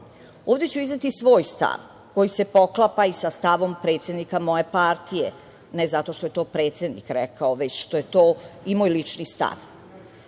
Ovde ću izneti svoj stav koji se poklapa i sa stavom predsednika moje partije, ne zato što je to predsednik rekao, već što je to i moj lični stav,